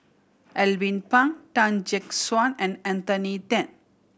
Alvin Pang Tan Gek Suan and Anthony Then